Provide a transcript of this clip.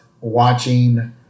watching